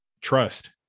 trust